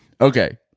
Okay